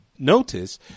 Notice